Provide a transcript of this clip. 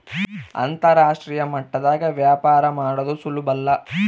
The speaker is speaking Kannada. ಅಂತರಾಷ್ಟ್ರೀಯ ಮಟ್ಟದಾಗ ವ್ಯಾಪಾರ ಮಾಡದು ಸುಲುಬಲ್ಲ